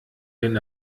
den